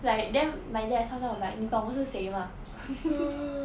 like then my dad sometimes was like 你懂我是谁吗